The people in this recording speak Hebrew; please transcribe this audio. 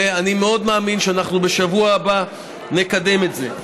ואני מאוד מאמין שאנחנו בשבוע הבא נקדם את זה.